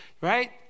right